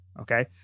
Okay